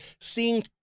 seeing